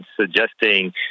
suggesting